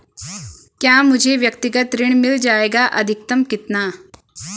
क्या मुझे व्यक्तिगत ऋण मिल जायेगा अधिकतम कितना?